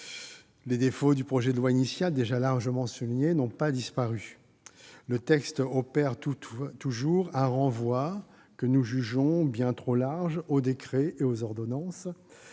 les défauts du projet de loi initial, déjà largement soulignés, n'ont pas disparu. Le texte opère toujours un renvoi que nous jugeons bien trop large au décret et aux ordonnances